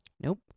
Nope